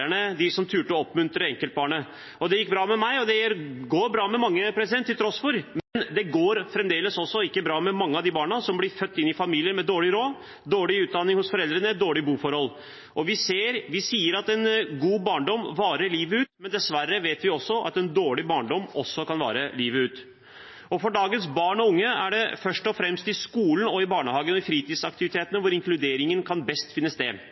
lærerne, de som turte å oppmuntre enkeltbarnet. Det gikk bra med meg, og det går tross alt bra med mange – men det går fremdeles ikke bra med mange av de barna som blir født inn i familier med dårlig råd, dårlig utdanning hos foreldrene, dårlige boforhold. Vi sier at en god barndom varer livet ut, men dessverre vet vi at en dårlig barndom også kan vare livet ut. For dagens barn og unge er det først og fremst i skolen, i barnehagen og i fritidsaktivitetene at inkluderingen best kan finne sted.